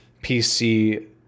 PC